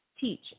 teach